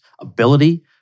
ability